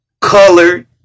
color